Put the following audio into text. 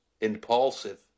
impulsive